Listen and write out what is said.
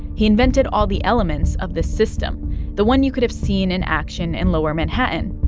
he invented all the elements of the system the one you could have seen in action in lower manhattan.